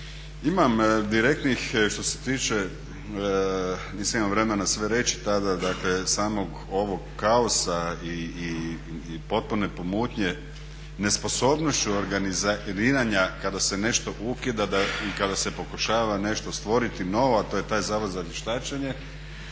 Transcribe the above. Imam direktnih što se tiče, nisam imao vremena sve reći tada, dakle samog ovog kaosa i potpune pomutnje nesposobnošću organiziranja kada se nešto ukida i kada se pokušava nešto stvoriti novo, a to je taj Zavod za vještačenje